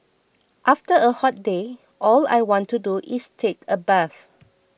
after a hot day all I want to do is take a bath